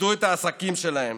איבדו את העסקים שלהם.